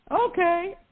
Okay